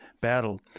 Battle